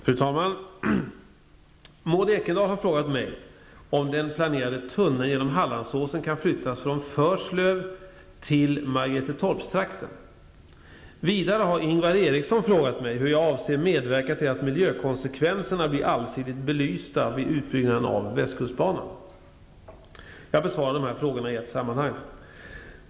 Fru talman! Maud Ekendahl har frågat mig om den planerade tunneln genom Hallandsåsen kan flyttas från Förslöv till Margaretetorpstrakten. Vidare har Ingvar Eriksson frågat mig hur jag avser medverka till att miljökonsekvenserna blir allsidigt belysta vid utbyggnaden av västkustbanan. Jag besvarar frågorna i ett sammanhang.